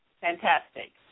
fantastic